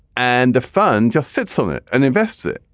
and the fund just sits on it and invests it.